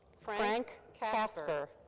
frank kasper.